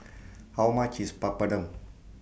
How much IS Papadum